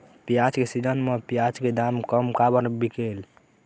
प्याज के सीजन म प्याज के दाम कम काबर बिकेल?